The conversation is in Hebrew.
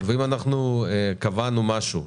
ואם אנחנו קבענו משהו,